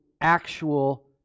actual